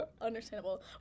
Understandable